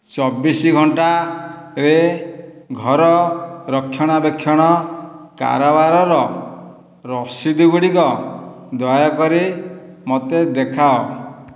ଚବିଶ ଘଣ୍ଟାରେ ଘର ରକ୍ଷଣାବେକ୍ଷଣ କାରବାରର ରସିଦଗୁଡ଼ିକ ଦୟାକରି ମୋତେ ଦେଖାଅ